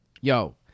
yo